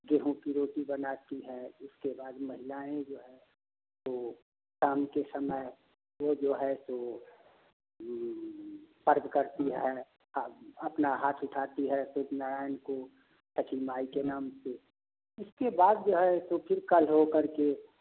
गेहूँ की रोटी बनाती है उसके बाद माहिलाएँ जो है वो शाम के समय यह जो है सो पर्व करती हैं और अपना हाथ उठाती हैं में से उसके बाद जो है उसको फिर कल वह कर के